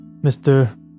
Mr